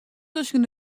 tusken